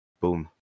Boom